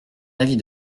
avis